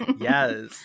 yes